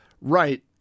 right